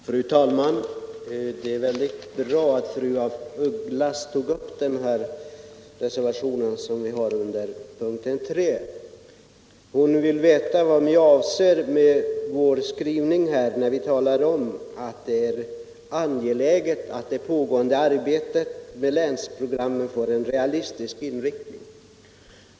Fru talman! Det var bra att fru af Ugglas tog upp vår reservation nr §; Fru af Ugglas vill veta vad vi avser med vår skrivning, när vi talar om att det är angeläget att det pågående arbetet med länsprogrammen får en realistisk inriktning.